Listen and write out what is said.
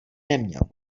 neměl